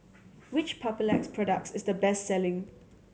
which Papulex products is the best selling